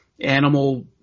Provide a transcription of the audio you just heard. animal